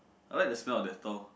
I like the smell of dettol